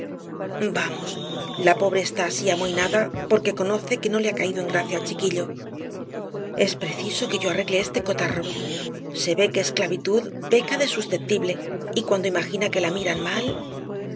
vamos la pobre está así amohinada porque conoce que no le ha caído en gracia al chiquillo es preciso que yo arregle este cotarro se ve que esclavitud peca de susceptible y cuando imagina que la miran mal